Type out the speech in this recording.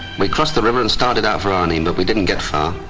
we crossed the river and started out for arnhem but we didn't get far.